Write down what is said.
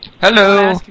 Hello